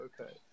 Okay